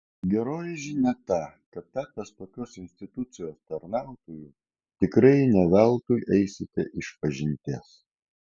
geroji žinia ta kad tapęs tokios institucijos tarnautoju tikrai ne veltui eisite išpažinties